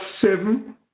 seven